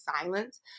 silence